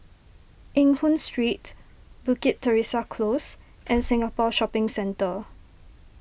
Eng Hoon Street Bukit Teresa Close and Singapore Shopping Centre